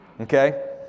okay